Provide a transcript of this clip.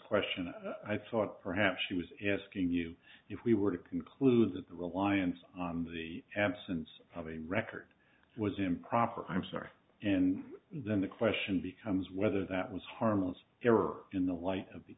question and i thought perhaps he was asking you if we were to conclude that the reliance on the absence of a record was improper i'm sorry and then the question becomes whether that was harmless error in the light of the